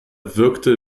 wirkte